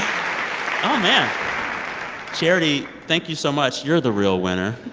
um charity, thank you so much. you're the real winner.